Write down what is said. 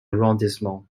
arrondissement